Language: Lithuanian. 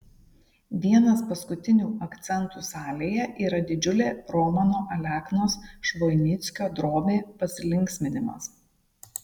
vienas paskutinių akcentų salėje yra didžiulė romano aleknos švoinickio drobė pasilinksminimas